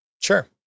Sure